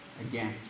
again